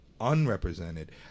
unrepresented